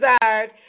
desired